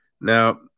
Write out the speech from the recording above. Now